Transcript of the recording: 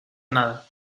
nada